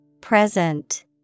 Present